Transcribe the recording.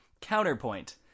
Counterpoint